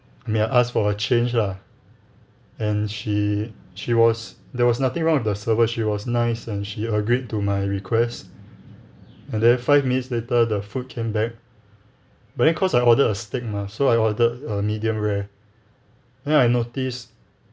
may I ask for a change lah and she she was there was nothing wrong with the server she was nice and she agreed to my request and then five minutes later the food came back but then cause I ordered a steak mah so I ordered a medium rare then I noticed